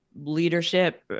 leadership